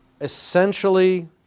essentially